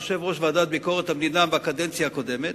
הייתי יושב-ראש ועדת ביקורת המדינה בקדנציה הקודמת,